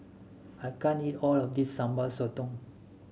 I can't eat all of this Sambal Sotong